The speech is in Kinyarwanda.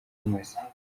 bimaze